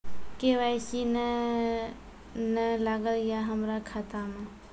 KYC ने न लागल या हमरा खाता मैं?